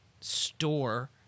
store